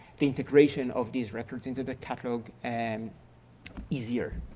the integration of these records into the catalogue and easier.